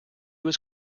was